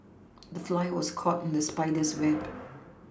the fly was caught in the spider's web